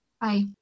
Bye